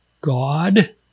God